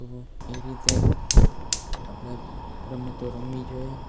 તો એ રીતે આપણે રમતો રમી જોઈએ